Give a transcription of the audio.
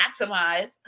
maximize